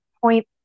point